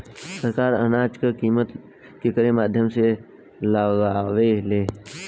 सरकार अनाज क कीमत केकरे माध्यम से लगावे ले?